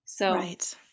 Right